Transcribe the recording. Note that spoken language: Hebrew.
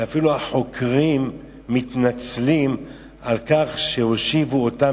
שאפילו החוקרים מתנצלים על כך שהושיבו אותם